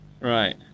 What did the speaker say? Right